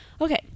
Okay